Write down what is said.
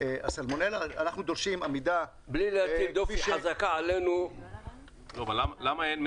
על סלמונלה, אנחנו דורשים עמידה --- למה אין?